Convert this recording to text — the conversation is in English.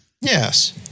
Yes